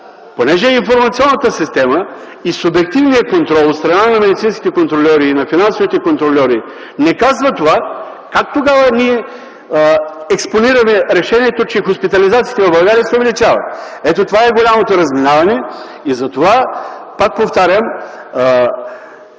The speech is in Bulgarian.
Понеже информационната система и субективният контрол от страна на медицинските и на финансовите контрольори не казват това, как тогава ние експонираме решението, че хоспитализациите в България се увеличават? Ето това е голямото разминаване. Пак повтарям,